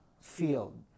field